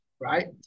right